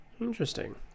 Interesting